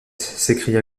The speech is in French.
s’écria